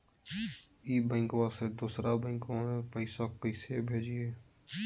ई बैंकबा से दोसर बैंकबा में पैसा कैसे भेजिए?